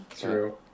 True